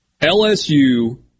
LSU